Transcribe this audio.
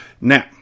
Now